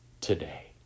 today